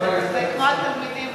זה כמו התלמידים